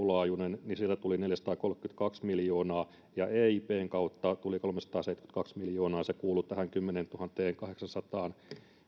laajuinen työttömyysvakuutuskassa sieltä tuli neljäsataakolmekymmentäkaksi miljoonaa ja eipn kautta tuli kolmesataaseitsemänkymmentäkaksi miljoonaa se kuului tähän kymmeneentuhanteenkahdeksaansataan